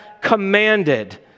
commanded